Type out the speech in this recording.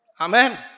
Amen